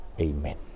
Amen